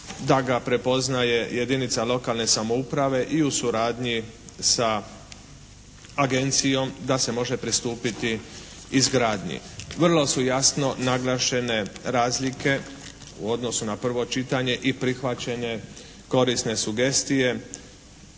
da ga prepoznaje jedinica lokalne samouprave i u suradnji sa agencijom da se može pristupiti izgradnji. Vrlo su jasno naglašene razlike u odnosu na prvo čitanje i prihvaćene korisne sugestije